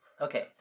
Okay